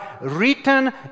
written